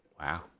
Wow